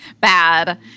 bad